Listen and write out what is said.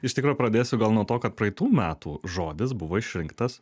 iš tikro pradėsiu gal nuo to kad praeitų metų žodis buvo išrinktas